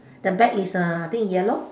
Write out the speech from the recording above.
the bag is uh I think yellow